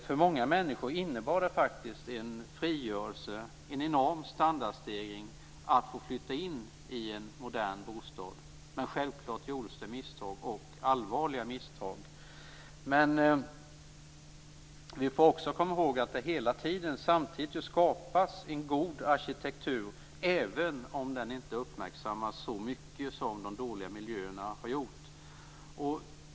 För många människor innebar det faktiskt en frigörelse och en enorm standardstegring att få flytta in i en modern bostad. Men självklart gjordes det allvarliga misstag. Men vi får också komma ihåg att det samtidigt hela tiden skapas en god arkitektur även om den inte uppmärksammas så mycket som de dåliga miljöerna har gjort.